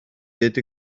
ddweud